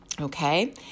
Okay